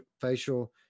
facial